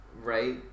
Right